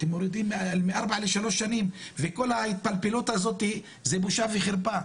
אתם מורידים מארבע לשלוש שנים וכל ההתפלפלות הזאת זה בושה וחרפה,